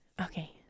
okay